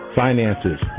finances